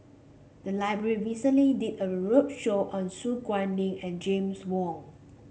the library recently did a roadshow on Su Guaning and James Wong